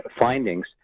findings